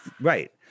Right